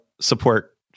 support